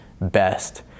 best